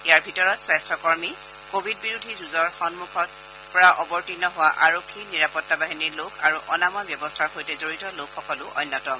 ইয়াৰ ভিতৰত স্বাস্থ্যকৰ্মী কোৱিড বিৰোধী যুঁজত সমূখৰ পৰা অৱতীৰ্ণ হোৱা আৰক্ষী নিৰাপত্তা বাহিনীৰ লোক আৰু অনাময় ব্যৱস্থাৰ সৈতে জড়িত লোকসকল অন্যতম